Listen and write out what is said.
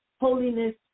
holiness